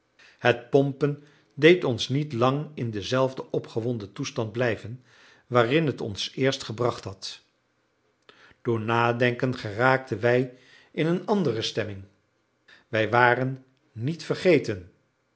het pompen deed ons niet lang in dienzelfden opgewonden toestand blijven waarin het ons eerst gebracht had door nadenken geraakten wij in een andere stemming wij waren niet vergeten